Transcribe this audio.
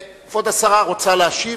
כבוד השרה, רוצה להשיב?